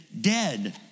dead